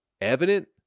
Evident